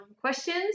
questions